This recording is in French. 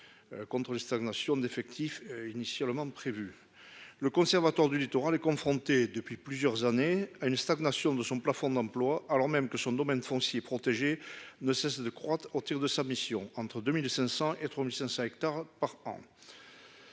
Contre stagnation d'effectifs. Initialement prévu le Conservatoire du littoral est confronté depuis plusieurs années à une stagnation de son plafond d'emplois alors même que son domaine foncier. Ne cesse de croître au tire de sa mission, entre 2500 et 3500 hectares par an.